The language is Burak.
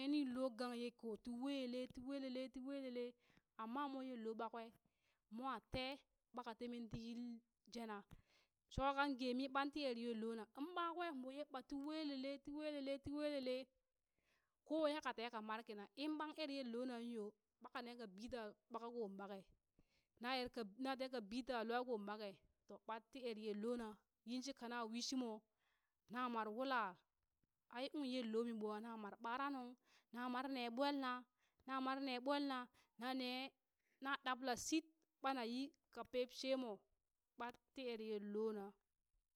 Ni loo gang ye ko ti weele ti weelele ti weelele, amma mo yello ɓa kwe, mwa tee ɓa ka temen ti yil jena, sho kan gee mii ɓat ti er yellona mɓakwen ɓo ye ɓat ti weelele ti weelele ti weelele ko waiya ka teka mar kina in ɓaŋ er yello nan yoo ɓa ka ne ka bi ta ɓaka koŋ ɓake, na erka na teka bi taa lwako ɓake to ɓat ti er yellona yin shika na wiishi mo, na mar wula ai uŋ yello mii ɓwa na mar ɓara nuŋ na mar ne ɓolna na mar ne ɓolna na ne, na ɗaɓla shit ɓana yi ka peep she mo ɓat ti er yellona.